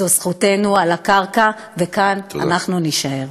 זאת זכותנו על הקרקע, וכאן אנחנו נישאר.